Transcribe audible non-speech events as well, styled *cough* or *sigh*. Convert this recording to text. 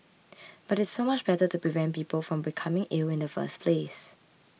*noise* but it's so much better to prevent people from becoming ill in the first place